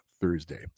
Thursday